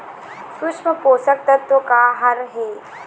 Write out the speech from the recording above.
सूक्ष्म पोषक तत्व का हर हे?